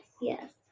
Yes